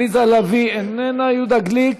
עליזה לביא, איננה, יהודה גליק,